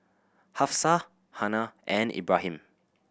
Hafsa Hana and Ibrahim